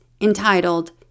entitled